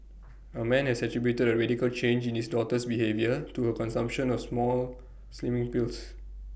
A man has attributed A radical change in his daughter's behaviour to her consumption of some slimming pills